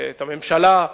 את הממשלה,